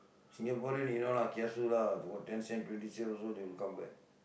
Singaporean you know lah kiasu lah ten cent twenty cent also they will come back